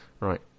right